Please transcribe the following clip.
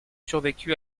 survécu